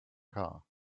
car